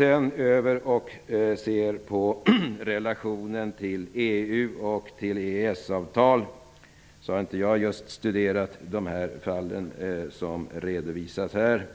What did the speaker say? Låt oss sedan se på relationen till EU och EES avtalet. Jag har inte studerat de fall som har redovisats här.